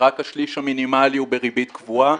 שרק השליש המינימלי הוא בריבית קבועה.